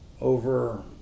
over